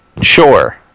Sure